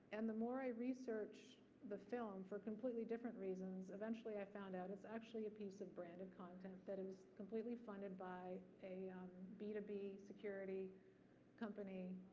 and the more i research the film, for completely different reasons, eventually i found out, it's actually a piece of branded content that and was completely funded by a b to b security company,